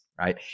right